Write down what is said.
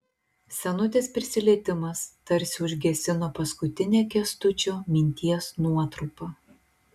senutės prisilietimas tarsi užgesino paskutinę kęstučio minties nuotrupą